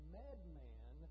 madman